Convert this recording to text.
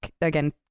again